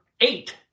eight